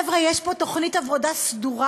חבר'ה, יש פה תוכנית עבודה סדורה.